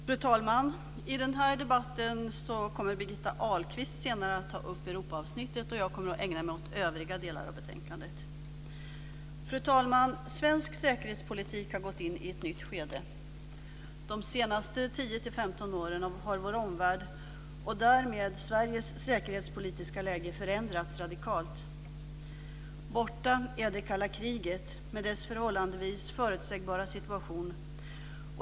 Fru talman! I den här debatten kommer Birgitta Ahlqvist senare att ta upp Europaavsnittet, och jag kommer att ägna mig åt övriga delar av betänkandet. Fru talman! Svensk säkerhetspolitik har gått in i ett nytt skede. De senaste 10-15 åren har vår omvärld och därmed Sveriges säkerhetspolitiska läge förändrats radikalt. Borta är det kalla kriget med dess förhållandevis förutsägbara situation.